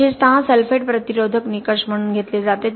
विशेषत सल्फेट प्रतिरोधक निकष म्हणून घेतले जाते